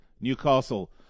Newcastle